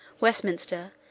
Westminster